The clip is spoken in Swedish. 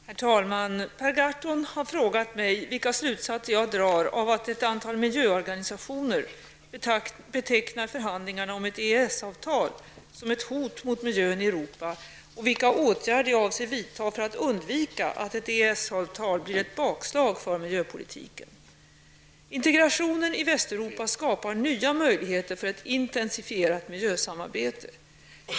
Herr talman! Per Gahrton har frågat mig vilka slutsatser jag drar av att ett antal miljöorganisationer betecknar förhandlingarna om ett EES-avtal som ett hot mot miljön i Europa och vilka åtgärder jag avser vidta för att undvika att ett EES-avtal blir ett bakslag för miljöpolitiken. Integrationen i Västeuropa skapar nya möjligheter för ett intensifierat miljösamarbete.